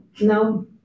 No